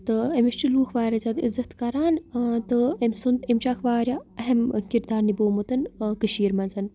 تہٕ أمِس چھِ لُکھ واریاہ زیادٕ عزت کران تہٕ أمۍ سُنٛد أمِس چھِ اَکھ واریاہ اہم کِردار نِبومُت کٔشیٖرِ منٛز